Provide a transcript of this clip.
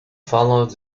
followed